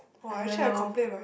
I don't know